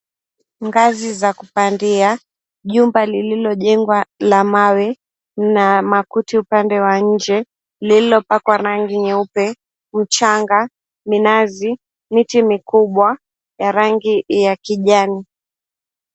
Ngazi za kupandia, jumba lililojengwa la mawe na makuti upande wa nje, lililopakwa rangi nyeupe, mchanga, minazi, miti mikubwa ya rangi ya kijani.